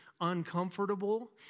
uncomfortable